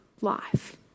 life